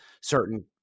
certain